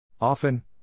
Often